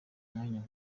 mwanya